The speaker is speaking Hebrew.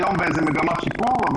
היום יש מגמת שיפור.